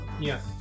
Yes